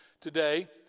today